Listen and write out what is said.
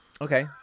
Okay